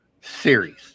series